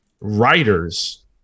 writers